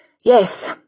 Yes